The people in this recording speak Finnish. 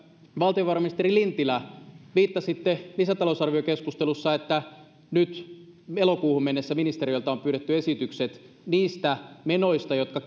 valtiovarainministeri lintilä viittasitte lisätalousarviokeskustelussa siihen että nyt elokuuhun mennessä ministeriöiltä on pyydetty esitykset niistä menoista jotka